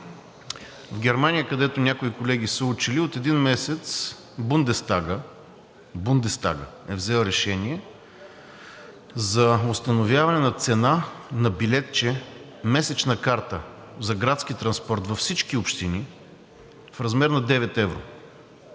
в Германия, където някои колеги са учили, от един месец Бундестагът – Бундестагът е взел решение за установяване на цена на билетче, месечна карта за градски транспорт във всички общини в размер на 9 евро.